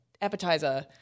appetizer